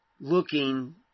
looking